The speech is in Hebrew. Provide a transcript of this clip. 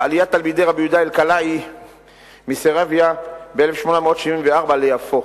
ועליית תלמידי רבי יהודה אלקלעי מסרביה ב-1874 ליפו,